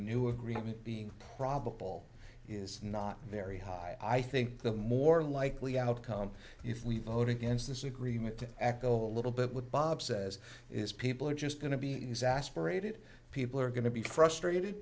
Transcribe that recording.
new agreement being probable is not very high i think the more likely outcome if we voted against this agreement to echo a little bit with bob says is people are just going to be exasperated people are going to be frustrated